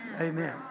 Amen